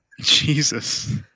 Jesus